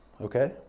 okay